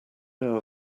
know